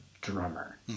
drummer